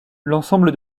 l’ensemble